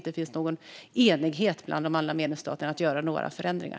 Dock saknas det enighet bland medlemsstaterna för att göra förändringar.